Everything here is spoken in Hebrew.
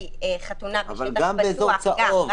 אבל גם באזור צהוב.